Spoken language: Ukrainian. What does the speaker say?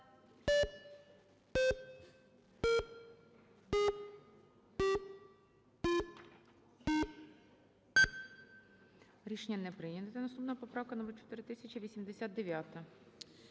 Рішення не прийнято. Наступна поправка - номер 4088-а.